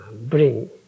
bring